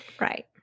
Right